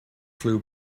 flew